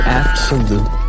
absolute